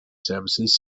services